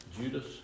Judas